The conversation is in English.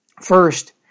First